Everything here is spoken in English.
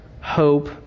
hope